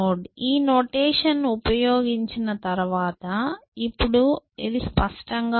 ఈ నొటేషన్ ఉపయోగించిన తర్వాత ఇప్పుడు అది స్పష్టంగా ఉంది